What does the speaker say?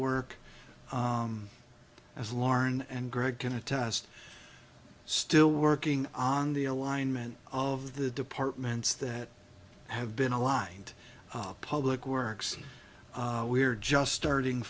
work as lauren and greg can attest still working on the alignment of the departments that have been aligned public works we're just starting